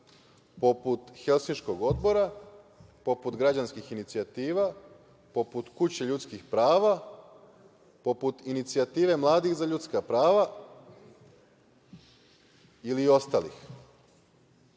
poput Helsinškog odbora, poput građanskih inicijativa, poput Kuće ljudskih prava, poput Inicijative mladih za ljudska prava ili ostalih. Već